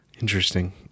Interesting